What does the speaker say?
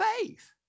faith